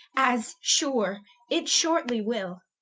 as sure it shortly will.